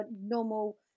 normal